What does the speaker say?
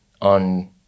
on